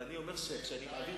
אבל כאשר אני מעביר